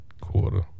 quarter